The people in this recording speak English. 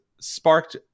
sparked